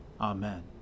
Amen